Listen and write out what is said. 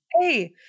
Hey